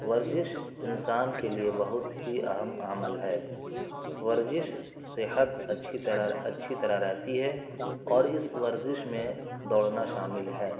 ورزش انسان کے لیے بہت ہی اہم عمل ہے ورزش صحت اچھی طرح اچھی طرح رہتی ہے اور اس ورزش میں دوڑنا شامل ہے